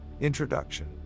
Introduction